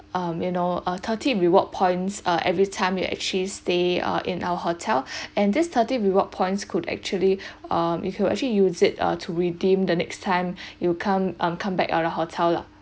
um you know uh thirty reward points err every time you actually stay err in our hotel and this thirty reward points could actually um if you actually use it uh to redeem the next time you come um come back at the hotel lah